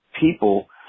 people